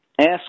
Ask